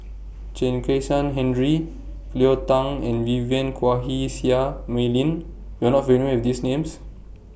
Chen Kezhan Henri Cleo Thang and Vivien Quahe Seah Mei Lin YOU Are not familiar with These Names